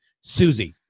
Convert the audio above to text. Susie